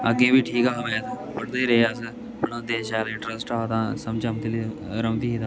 अग्गें बी ठीक हा पढ़दे रेह अस पढांदे शैल इन्टरेस्ट हा तां समझ औंदी ली रौंह्दी ही तां